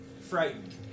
Frightened